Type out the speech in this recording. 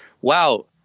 wow